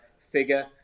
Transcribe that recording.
figure